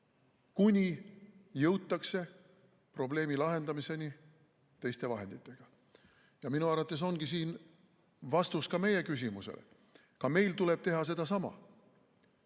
kuni jõutakse probleemi lahendamiseni teiste vahenditega. Minu arvates ongi siin vastus ka meie küsimusele: ka meil tuleb teha sedasama,